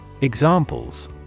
Examples